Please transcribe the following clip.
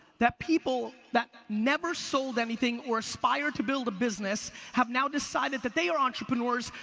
that people that never sold anything or aspire to build a business, have now decided that they are entrepreneurs,